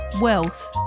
Wealth